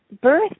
birth